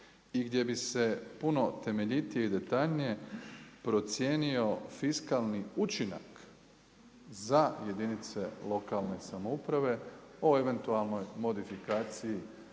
i gdje bi se puno temeljitije i detaljnije procijenio fiskalni učinak za jedinica lokalne samouprave o eventualnim modifikaciji,